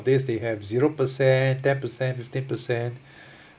this they have zero percent ten percent fifteen percent